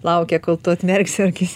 laukia kol tu atmerksi akis